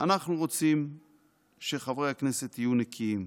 אנחנו רוצים שחברי הכנסת יהיו נקיים.